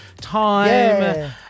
time